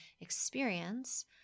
experience